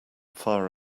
fire